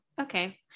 okay